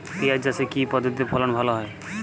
পিঁয়াজ চাষে কি পদ্ধতিতে ফলন ভালো হয়?